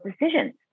decisions